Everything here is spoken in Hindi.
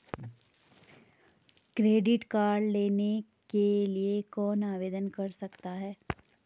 क्रेडिट कार्ड लेने के लिए कौन आवेदन कर सकता है?